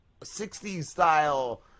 60s-style